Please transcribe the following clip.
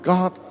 God